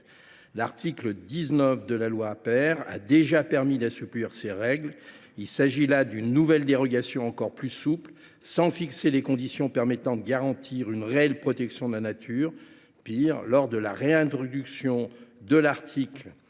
L’article 19 de la loi Aper a déjà permis d’assouplir ces règles. Cette nouvelle dérogation, encore plus souple, ne fixe pas de conditions permettant de garantir une réelle protection de la nature. Pis, lors de la réintroduction de cet article au